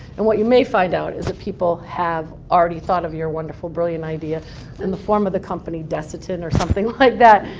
and what you may find out is that people have already thought of your wonderful, brilliant idea in the form of the company desitin or something like that.